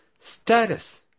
Status